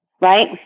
right